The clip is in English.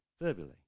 verbally